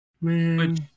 man